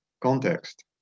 context